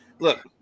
look